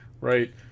Right